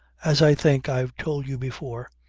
as i think i've told you before,